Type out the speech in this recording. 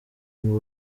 ngo